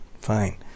Fine